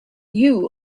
you